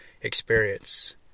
experience